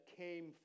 came